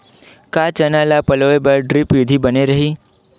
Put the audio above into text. का चना ल पलोय बर ड्रिप विधी बने रही?